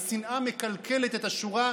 השנאה מקלקלת את השורה.